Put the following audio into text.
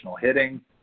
hitting